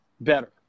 better